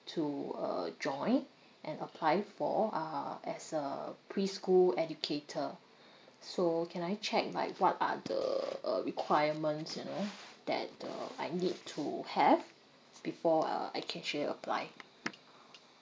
to uh join and apply for uh as a preschool educator so can I check like what are the uh requirements you know that uh I need to have before uh I can actually apply